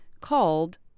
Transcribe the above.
called